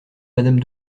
madame